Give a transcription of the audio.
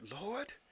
Lord